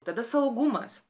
tada saugumas